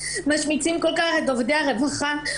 משמיצים כל כך את עובדי הרווחה.